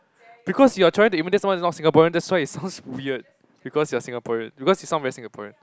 because you're trying to imitate someone who is not Singaporean that's why it sounds weird because you're Singaporean because you sound very Singaporean